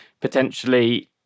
potentially